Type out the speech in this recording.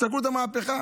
תסתכלו על המהפכה,